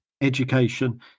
education